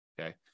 Okay